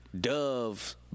dove